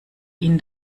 ihn